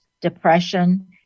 depression